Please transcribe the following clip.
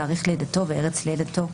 תאריך לידתו וארץ לידתו,